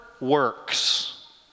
works